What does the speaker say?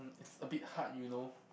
it's a bit hard you know